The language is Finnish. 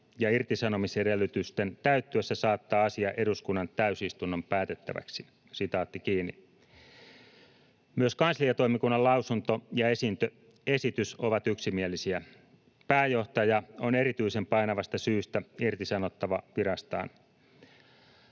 ja irtisanomisedellytysten täyttyessä saattaa asia eduskunnan täysistunnon päätettäväksi”. Myös kansliatoimikunnan lausunto ja esitys ovat yksimielisiä. Pääjohtaja on erityisen painavasta syystä irtisanottava virastaan.